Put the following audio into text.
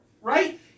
Right